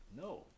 no